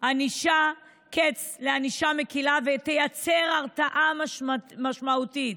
קץ לענישה מקילה ותייצר הרתעה משמעותית.